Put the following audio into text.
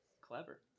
Clever